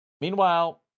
meanwhile